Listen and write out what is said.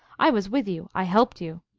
i was with you i helped you.